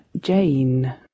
Jane